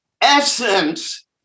essence